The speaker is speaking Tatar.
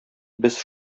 без